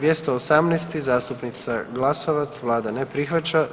218. zastupnica Glasovac, vlada ne prihvaća.